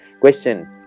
question